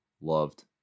loved